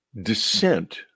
descent